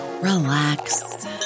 relax